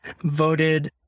voted